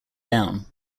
down